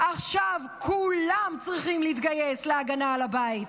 "עכשיו כולם צריכים להתגייס להגנה על הבית"?